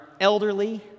elderly